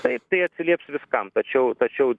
taip tai atsilieps viskam tačiau tačiau